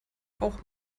auch